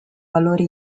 valore